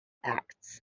acts